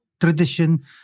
tradition